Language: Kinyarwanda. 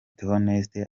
theoneste